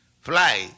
fly